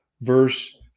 verse